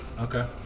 Okay